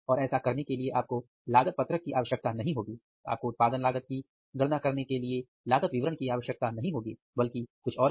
और ऐसा करने के लिए आपको लागत पत्रक की आवश्यकता नहीं होगी आपको उत्पादन लागत की गणना करने के लिए लागत विवरण की आवश्यकता नहीं पड़ेगी बल्कि कुछ और की